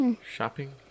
Shopping